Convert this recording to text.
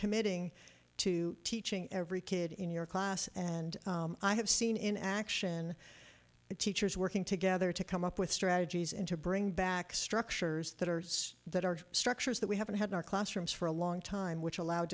committing to teaching every kid in your class and i have seen in action the teachers working together to come up with strategies and to bring back structures that are that are structures that we haven't had in our classrooms for a long time which allow